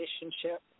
relationship